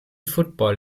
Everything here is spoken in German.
football